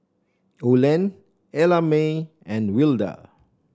Olen Ellamae and Wilda